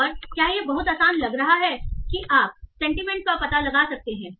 और क्या यह बहुत आसान लग रहा है कि आप सेंटीमेंट को पता लगा सकते हैं